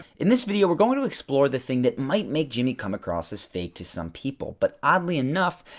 in this video, we're going to explore the thing that might make jimmy come across as fake to some people but oddly enough,